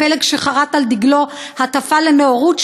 הפלג שחרת על דגלו הטפה לנאורות,